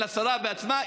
לשרה בעצמה.